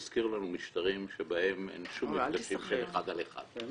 מזכיר לנו משטרים שבהם אין שום מפגשים של אחד על אחד.